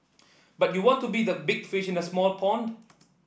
but you want to be the big fish in a small pond